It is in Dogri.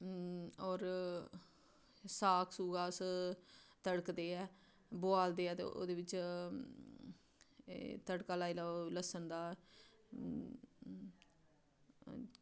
होर साग अस तड़कदे ऐ बोआलदे ते ओह्दे बिच तड़का लांदे ओ लस्सन दा